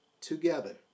together